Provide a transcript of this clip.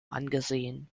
angesehen